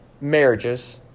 marriages